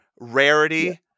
Rarity